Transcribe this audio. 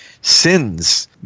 sins